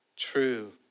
True